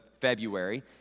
February